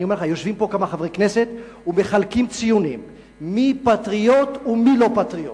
יושבים כאן כמה חברי כנסת ומחלקים ציונים מי פטריוט ומי לא פטריוט.